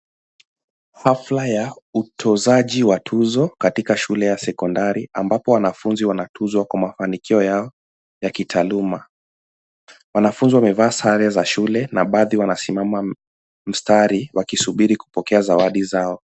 Hafla ya utozaji wa tuzo katika shule ya sekondari ambapo wanafunzi wanatuzwa kwa mafanikio yao ya kitaaluma. Wanafunzi wamevaa sare za shule na baadhi wanasimama mstari waki subiri kupokea zawadi zao.